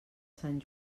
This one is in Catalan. sant